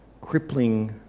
crippling